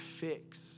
fix